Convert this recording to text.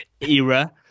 era